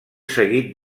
seguit